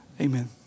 Amen